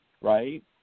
right